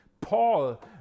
Paul